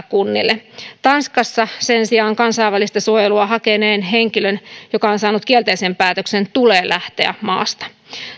kunnille tanskassa sen sijaan kansainvälistä suojelua hakeneen henkilön joka on saanut kielteisen päätöksen tulee lähteä maasta